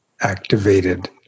activated